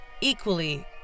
equally